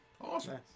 Awesome